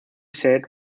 said